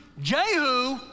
Jehu